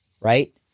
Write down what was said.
right